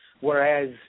Whereas